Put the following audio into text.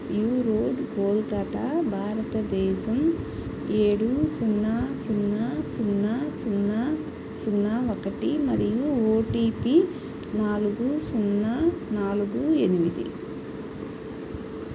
view road Kolkata భారతదేశం ఏడు సున్నా సున్నా సున్నా సున్నా సున్నా ఒకటి మరియు ఓటీపీ నాలుగు సున్నా నాలుగు ఎనిమిది